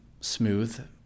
smooth